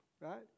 right